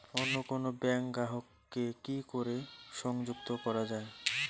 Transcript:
অন্য কোনো ব্যাংক গ্রাহক কে কি করে সংযুক্ত করা য়ায়?